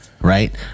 right